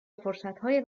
فرصتهای